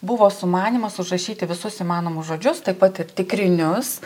buvo sumanymas užrašyti visus įmanomus žodžius taip pat ir tikrinius